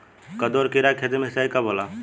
कदु और किरा के खेती में सिंचाई कब होला?